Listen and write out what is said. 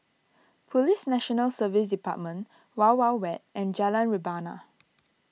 Police National Service Department Wild Wild Wet and Jalan Rebana